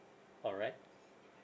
all right